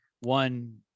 one